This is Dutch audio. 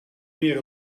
meer